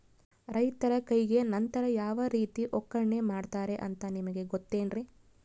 ರೈತರ ಕೈಗೆ ನಂತರ ಯಾವ ರೇತಿ ಒಕ್ಕಣೆ ಮಾಡ್ತಾರೆ ಅಂತ ನಿಮಗೆ ಗೊತ್ತೇನ್ರಿ?